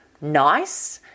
nice